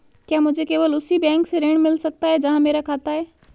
क्या मुझे केवल उसी बैंक से ऋण मिल सकता है जहां मेरा खाता है?